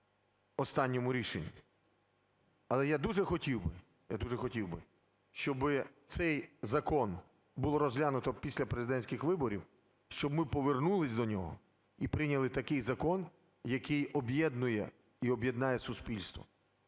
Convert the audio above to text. останньому рішенню. Але я дуже хотів би, я дуже хотів би, щоб цей закон було розглянуто після президентських виборів, щоб ми повернулись до нього і прийняли такий закон, який об'єднує і об'єднає суспільство,